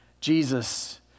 Jesus